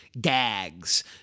gags